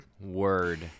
Word